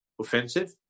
offensive